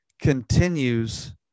continues